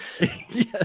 Yes